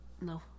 No